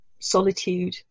solitude